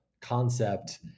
concept